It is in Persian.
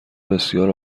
بسیار